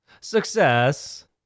Success